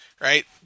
right